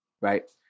right